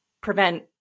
prevent